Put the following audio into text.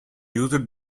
used